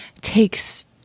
takes